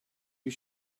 you